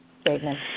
statement